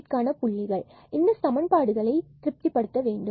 அதற்கான புள்ளிகள் இந்த சமன்பாடுகளை திருப்தி செய்ய வேண்டும்